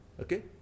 okay